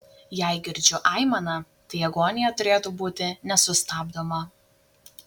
jei girdžiu aimaną tai agonija turėtų būti nesustabdoma